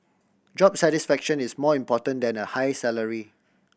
job satisfaction is more important than a high salary